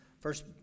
First